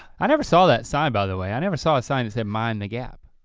i never saw that sign, by the way, i never saw a sign that said mind the gap.